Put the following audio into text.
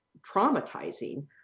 traumatizing